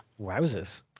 wowzers